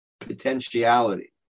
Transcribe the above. potentiality